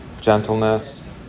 gentleness